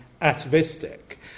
atavistic